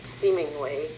seemingly